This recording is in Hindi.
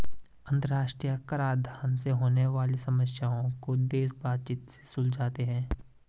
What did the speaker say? अंतरराष्ट्रीय कराधान से होने वाली समस्याओं को देश बातचीत से सुलझाते हैं